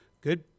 good